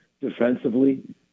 defensively